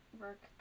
work